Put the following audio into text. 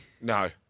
No